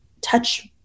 touch